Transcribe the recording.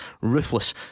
ruthless